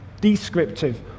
descriptive